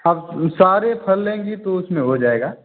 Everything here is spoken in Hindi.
अब सारे फल लेंगी तो उसमें हो जाएगा